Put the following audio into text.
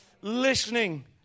Listening